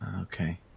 Okay